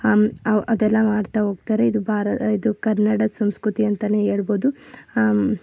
ಅವು ಅದೆಲ್ಲ ಮಾಡ್ತಾ ಹೋಗ್ತಾರೆ ಇದು ಭಾರ ಇದು ಕನ್ನಡ ಸಂಸ್ಕೃತಿ ಅಂತೆಯೇ ಹೇಳ್ಬೋದು